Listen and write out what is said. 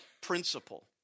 principle